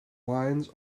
lines